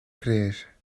creer